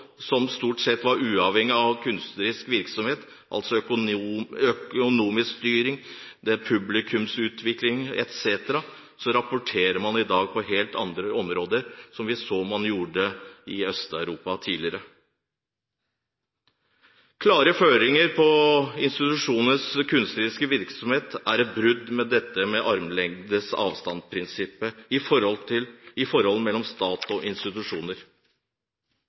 som stort sett var uavhengig av kunstnerisk virksomhet, altså økonomisk styring, publikumsutvikling etc., rapporterer man i dag på helt andre områder – som vi så man gjorde i Øst-Europa tidligere. Klare føringer på institusjonenes kunstneriske virksomhet er et brudd med armlengdes-avstand-prinsippet i forholdet mellom stat og institusjoner. Universell utforming bør stå sentralt også i kulturpolitikken og